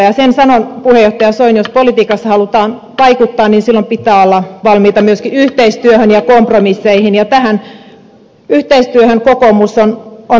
ja sen sanon puheenjohtaja soini että jos politiikassa halutaan vaikuttaa niin silloin pitää olla valmiita myöskin yhteistyöhön ja kompromisseihin ja tähän yhteistyöhön kokoomus on valmis